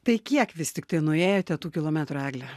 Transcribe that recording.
tai kiek vis tiktai nuėjote tų kilometrų egle